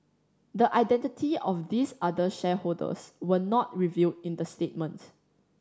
the identity of these other shareholders were not revealed in the statement